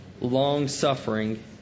long-suffering